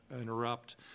interrupt